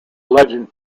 legend